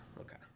Okay